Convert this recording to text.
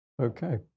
Okay